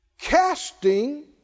casting